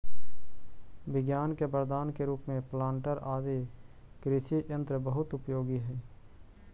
विज्ञान के वरदान के रूप में प्लांटर आदि कृषि यन्त्र बहुत उपयोगी हई